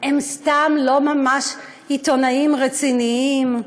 הם סתם לא ממש עיתונאים רציניים,